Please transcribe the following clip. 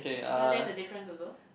so there's the difference also